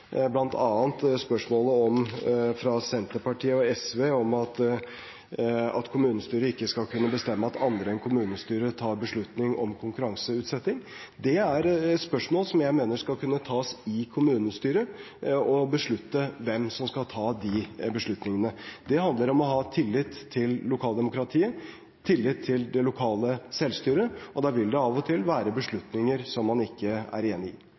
fra Senterpartiet og SV om at kommunestyret ikke skal kunne bestemme at andre enn kommunestyret tar beslutning om konkurranseutsetting. Dette er spørsmål jeg mener skal kunne tas i kommunestyret – å beslutte hvem som skal ta de beslutningene. Det handler om å ha tillit til lokaldemokratiet og til det lokale selvstyret. Da vil det av og til være beslutninger som man ikke er enig i. Problemet er at statsråden ikke legger opp til noen prinsipper knyttet til lokaldemokratiet i